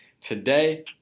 Today